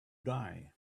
die